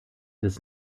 des